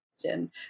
question